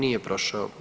Nije prošao.